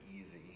easy